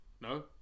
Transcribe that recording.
No